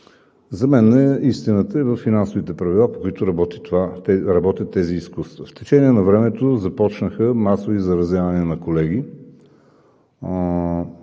За мен истината е във финансовите правила, по които работят тези изкуства. В течение на времето започнаха масови заразявания на колеги.